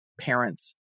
parents